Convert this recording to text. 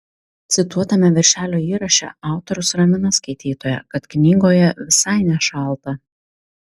cituotame viršelio įraše autorius ramina skaitytoją kad knygoje visai nešalta